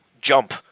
jump